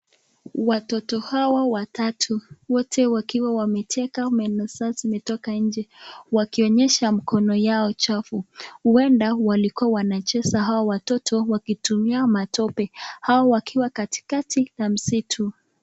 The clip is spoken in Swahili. Watoto hao watatu wote wakiwa wamecheka meno zao zimetoka nje, wakionyesha mikono yao chafu huenda walikuwa wanacheza hao watoto wakitumia matope au wakiwa katikati la msitu.